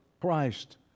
Christ